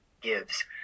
gives